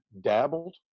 dabbled